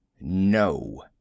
No